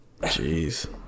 Jeez